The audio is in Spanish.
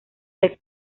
del